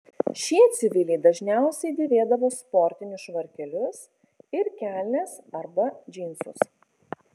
šie civiliai dažniausiai dėvėdavo sportinius švarkelius ir kelnes arba džinsus